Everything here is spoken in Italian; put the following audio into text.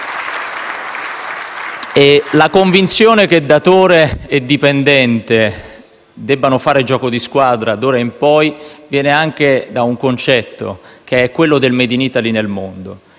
La convinzione che datore e dipendente debbano fare gioco di squadra d'ora in poi viene anche da un concetto, quello del *made in Italy* nel mondo.